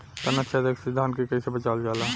ताना छेदक से धान के कइसे बचावल जाला?